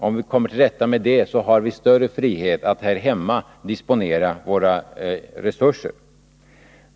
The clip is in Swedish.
Om vi kommer till rätta med det, har vi större frihet att här hemma disponera våra resurser.